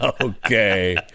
okay